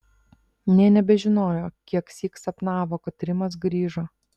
nė nebežinojo kieksyk sapnavo kad rimas grįžo